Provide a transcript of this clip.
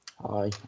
Hi